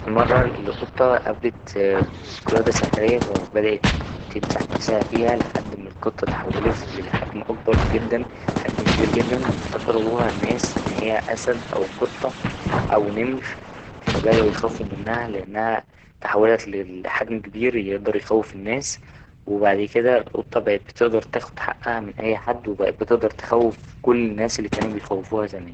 في مرة القطة قابلت قلادة سحرية فا بدأت تمسح نفسها فيها لحد ما القطة اتحولت لحجم أكبر جدا حجم كبير جدا أفتكروها الناس إن هي أسد أو قطة أو نمر فا بدأوا يخافوا منها لأنها تحولت لحجم كبير يقدر يخوف الناس وبعد كده القطة بقت بتقدر تاخد حقها من أي حد وبقت بتقدر تخوف كل الناس اللي كانوا بيخوفوها زمان.